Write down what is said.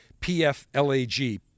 PFLAG